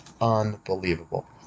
Unbelievable